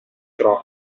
troppo